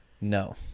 No